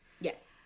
Yes